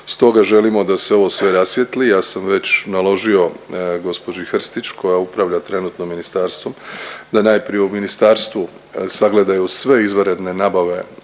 stoga želimo da se ovo sve rasvijetli. Ja sam već naložio gđi. Hrstić koja upravlja trenutno ministarstvom da najprije u ministarstvu sagledaju sve izvanredne nabave